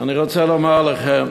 אני רוצה לומר לכם,